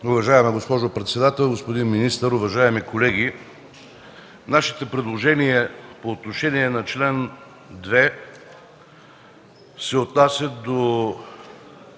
Уважаема госпожо председател, господин министър, уважаеми колеги! Нашите предложения по отношение на чл. 2 се отнасят до